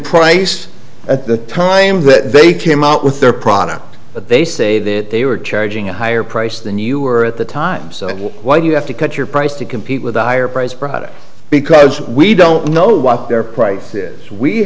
price at the time that they came out with their product but they say that they were charging a higher price than you were at the time so why you have to cut your price to compete with the higher priced products because we don't know what their price is we